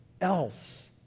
else